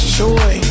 joy